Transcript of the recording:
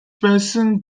байсан